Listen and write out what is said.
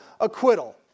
acquittal